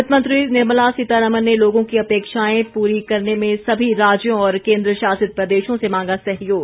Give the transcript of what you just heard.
वित्त मंत्री निर्मला सीतारामन ने लोगों की अपेक्षाएं पूरी करने में सभी राज्यों और केन्द्रशासित प्रदेशों से मांगा सहयोग